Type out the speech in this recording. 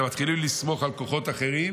אתם מתחילים לסמוך על כוחות אחרים,